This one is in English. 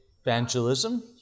Evangelism